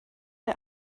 der